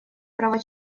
права